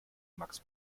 max